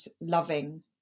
loving